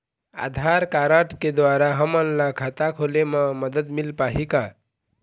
आधार card के द्वारा हमन ला खाता खोले म मदद मिल पाही का?